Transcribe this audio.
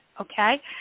Okay